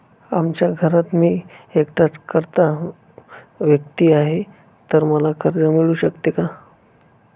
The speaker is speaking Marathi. आमच्या घरात मी एकटाच कर्ता व्यक्ती आहे, तर मला कर्ज मिळू शकते का?